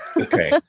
okay